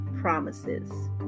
promises